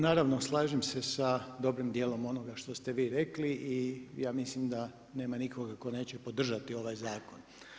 Naravno, slažem se sa dobrim dijelom onoga što ste vi rekli i ja mislim da nema nikoga tko neće podržati ovaj zakon.